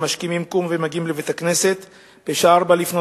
שמשכימים קום ומגיעים לבית-הכנסת בשעה 04:00,